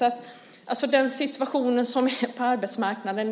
Med tanke på den situation som råder på arbetsmarknaden